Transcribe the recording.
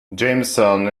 jameson